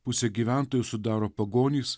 pusė gyventojų sudaro pagonys